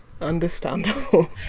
understandable